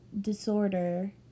disorder